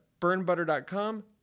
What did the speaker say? burnbutter.com